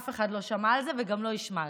אף אחד לא שמע על זה וגם לא ישמע זה.